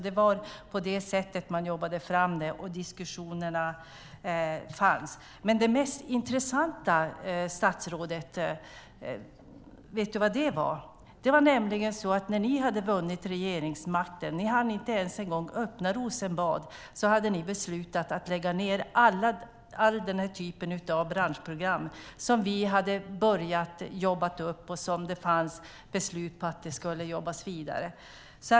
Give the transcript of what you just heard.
Det var på det sättet man jobbade fram dem, och diskussionerna fördes. Men det mest intressanta, vet statsrådet vad det var? Det var nämligen så att när ni hade vunnit regeringsmakten hann ni inte ens öppna Rosenbad förrän ni hade beslutat att lägga ned den här typen av branschprogram som vi hade jobbat upp och som det fanns beslut på att det skulle jobbas vidare med.